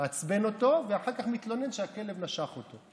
מעצבן אותו, ואחר כך מתלונן שהכלב נשך אותו.